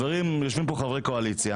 יושבים פה חברי קואליציה